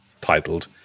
titled